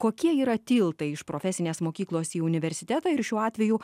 kokie yra tiltai iš profesinės mokyklos į universitetą ir šiuo atveju